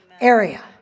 area